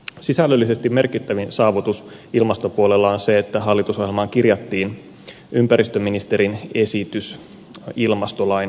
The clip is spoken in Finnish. sisällöllisesti merkittävin saavutus ilmastopuolella on se että hallitusohjelmaan kirjattiin ympäristöministerin esitys ilmastolain säätämisestä